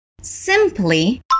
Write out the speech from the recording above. Simply